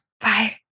Bye